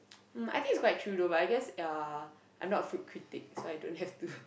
um I think it's quite true though but I guess ya I'm not a food critique so I don't have to